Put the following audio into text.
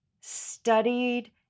studied